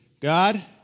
God